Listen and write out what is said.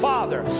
Father